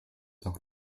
auch